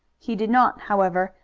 he did not, however,